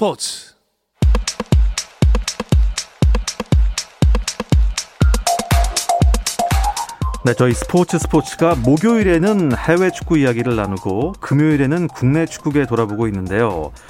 스포츠. 네, 저희 스포츠 스포츠가 목요일에는 해외 축구 이야기를 나누고 금요일에는 국내 축구계 돌아보고 있는데요.